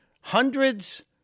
Hundreds